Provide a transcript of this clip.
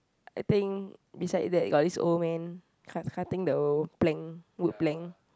I think beside that got this old man cutting the plank wood plank